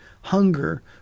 hunger